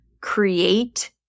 create